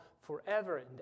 forever